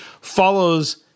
follows